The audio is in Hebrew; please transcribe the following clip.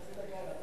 חצי דקה, אתה